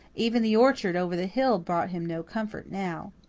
even the orchard over the hill brought him no comfort now.